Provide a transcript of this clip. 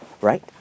Right